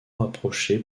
rapproché